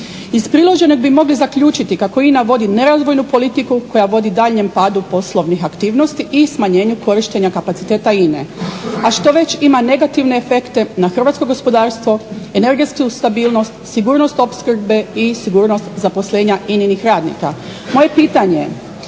Iz priloženog bi mogli zaključiti kako INA vodi nerazvojnu politiku koja vodi daljnjem padu poslovnih aktivnosti i smanjenju korištenja kapaciteta INA-e a što već ima negativne efekte na hrvatsko gospodarstvo, energetsku stabilnost, sigurnost opskrbe i sigurnost zaposlenja INA-nih radnika. Moje pitanje je,